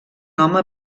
home